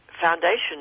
foundation